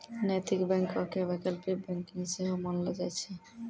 नैतिक बैंको के वैकल्पिक बैंकिंग सेहो मानलो जाय छै